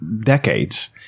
decades